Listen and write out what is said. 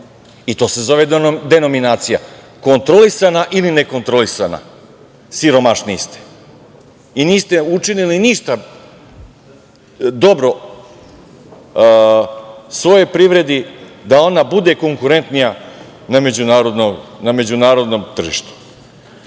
I to se zove denominacija - kontrolisana ili nekontrolisana, siromašniji ste. I niste učinili ništa dobro svojoj privredi da ona bude konkurentnija na međunarodnom tržištu. Pričamo